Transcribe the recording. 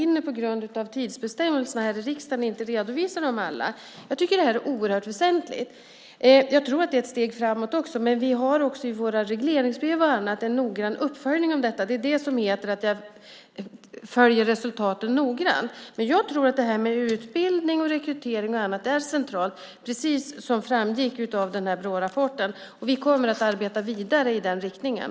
På grund av tidsbestämmelserna här i riksdagen hinner jag inte redovisa dem alla. Jag tycker att det här är oerhört väsentligt. Jag tror att det är steg framåt. Men vi har också i våra regleringsbrev och annat en noggrann uppföljning av detta. Det är det som menas med att jag följer resultaten noggrant. Utbildning, rekrytering och annat är centralt, precis som framgick av Brårapporten. Vi kommer att arbeta vidare i den riktningen.